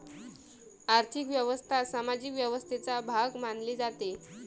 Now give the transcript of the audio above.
आर्थिक व्यवस्था सामाजिक व्यवस्थेचा भाग मानली जाते